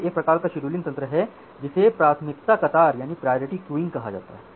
तो यह एक प्रकार का शेड्यूलिंग तंत्र है जिसे प्राथमिकता कतार कहा जाता है